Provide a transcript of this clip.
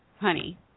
honey